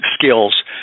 skills